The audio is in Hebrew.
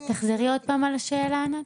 התייחסות --- תחזרי עוד פעם על השאלה, נעה.